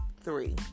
three